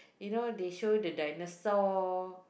you know they show the dinosaur